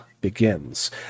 begins